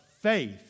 faith